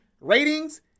ratings